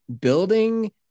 building